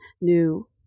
new